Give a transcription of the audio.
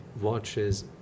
watches